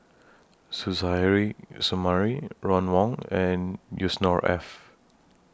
Suzairhe Sumari Ron Wong and Yusnor Ef